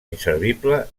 inservible